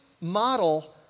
model